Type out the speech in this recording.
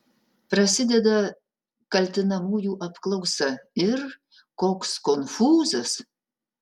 prasideda kaltinamųjų apklausa ir koks konfūzas